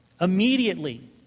immediately